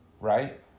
right